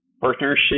partnership